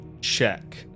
check